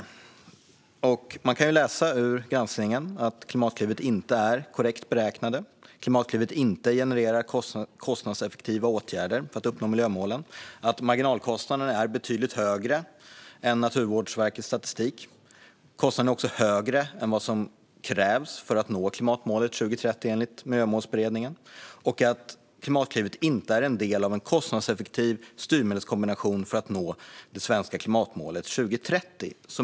I Riksrevisionens granskning av Klimatklivet kan man läsa att Klimatklivet inte är korrekt beräknat, att det inte genererar kostnadseffektiva åtgärder för att uppnå miljömålen, att marginalkostnaderna är betydligt högre än enligt Naturvårdsverkets statistik, att kostnaderna också är högre än vad som krävs för att nå klimatmålet 2030 enligt Miljömålsberedningen och att det inte är en del av en kostnadseffektiv styrmedelskombination för att nå det svenska klimatmålet 2030.